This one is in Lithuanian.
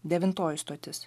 devintoji stotis